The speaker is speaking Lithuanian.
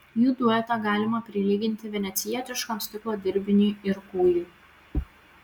jų duetą galima prilyginti venecijietiškam stiklo dirbiniui ir kūjui